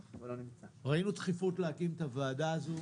ראינו דחיפות להקים את הוועדה הזו.